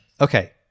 Okay